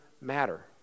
matter